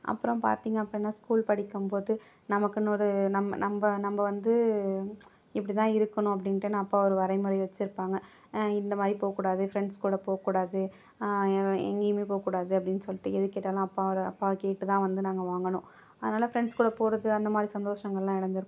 அப்புறம் பார்த்திங்க அப்படினா ஸ்கூல் படிக்கும் போது நமக்குனு ஒரு நம்ம நம்ம நம்ம வந்து இப்படிதா இருக்கணும் அப்படின்ட்டுனு அப்பா ஒரு வரைமுறை வச்சுருப்பாங்க இந்த மாதிரி போக்கூடாது ஃப்ரெண்ட்ஸ் கூட போகக்கூடாது எங்கேயுமே போகக்கூடாது அப்படினு சொல்லிட்டு எது கேட்டாலும் அப்பா இது அப்பாவை கேட்டு தான் வந்து நாங்கள் வாங்கணும் அதனால் ஃப்ரெண்ட்ஸ் கூட போவது அந்த மாதிரி சந்தோஷங்களெளாம் இழந்துருக்கோம்